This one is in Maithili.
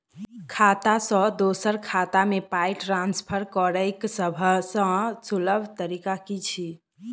खाता सँ दोसर खाता मे पाई ट्रान्सफर करैक सभसँ सुलभ तरीका की छी?